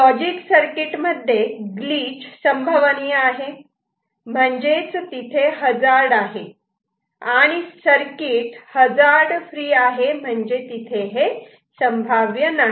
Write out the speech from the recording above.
logic circuit मध्ये glitch संभवनीय आहे म्हणजेच तिथे हजार्ड आहे आणि सर्किट हजार्ड फ्री आहे म्हणजे तिथे हे संभाव्य नाही